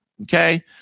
Okay